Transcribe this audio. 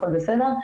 הכל בסדר,